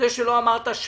יש סייעות דור א',